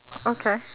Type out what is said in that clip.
okay